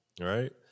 Right